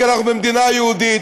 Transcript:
כי אנחנו מדינה יהודית.